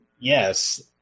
Yes